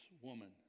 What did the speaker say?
woman